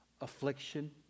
affliction